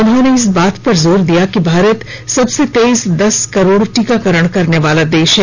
उन्होंने इस बात पर जोर दिया कि भारत सबसे तेज दस करोड़ टीकाकरण करने वाला देश है